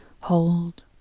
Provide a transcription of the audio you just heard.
hold